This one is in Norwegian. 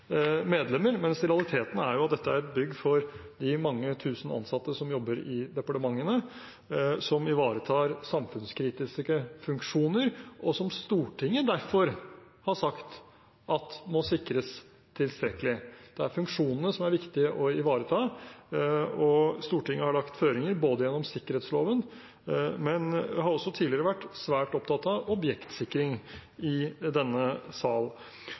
medlemmer, mens det i realiteten er et bygg for de mange tusen ansatte som jobber i departementene, som ivaretar samfunnskritiske funksjoner, og som Stortinget derfor har sagt må sikres tilstrekkelig. Det er funksjonene som er viktige å ivareta. Stortinget har lagt føringer gjennom sikkerhetsloven, men har også tidligere i denne sal vært svært opptatt av objektsikring.